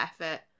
effort